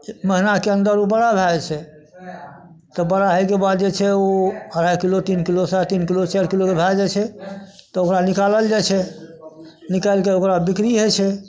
महिनाके अंदर ओ बड़ा भए जाइ छै तऽ बड़ा होइके बाद जे छै ओ अढ़ाइ किलो तीन किलो साढ़े तीन किलो चारि किलोके भए जाइत छै तऽ ओकरा निकालल जाइत छै निकालि कऽ ओकरा बिक्री होइत छै